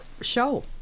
show